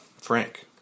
Frank